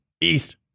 east